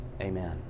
Amen